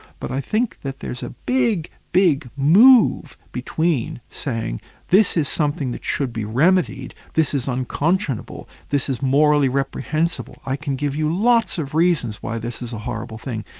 but i think that there's a big, big move between saying this is something that should be remedied, this is unconscionable, this is morally reprehensible. i can give you lots of reasons why this is a horrible thing'.